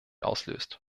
auslöst